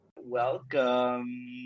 Welcome